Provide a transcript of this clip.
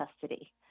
custody